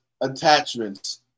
attachments